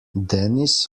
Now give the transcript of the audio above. dennis